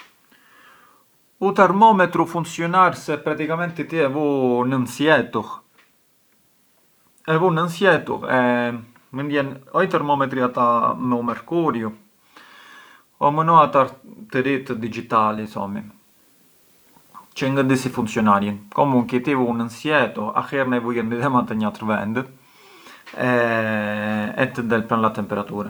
U termometru funcjonar se in pratica ti e vu nënd sietuh, e vu nënd sietuh e mënd jenë o i termometri ata me u mercuriu o më no ata të ri digitali thomi, çë ngë di si funcjonarjën thomi, comunqui ti i vu nënd sietuh, ahierna e vujën midhema te njatrë vend, e të del pran la temperatura.